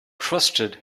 trusted